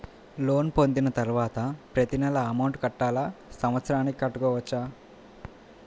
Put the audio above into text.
Loan పొందిన తరువాత ప్రతి నెల అమౌంట్ కట్టాలా? సంవత్సరానికి కట్టుకోవచ్చా?